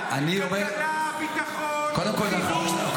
אחד, כלכלה, ביטחון, חינוך, בטיחות בדרכים.